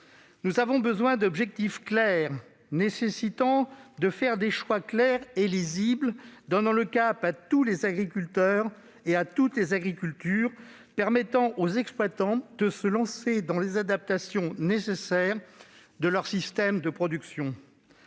Nous avons besoin d'objectifs clairs nécessitant de faire des choix clairs et lisibles, donnant le cap à tous les agriculteurs et à toutes les agricultures, permettant aux exploitants de se lancer dans les adaptations nécessaires de leurs systèmes de production.